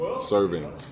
serving